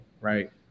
Right